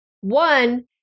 One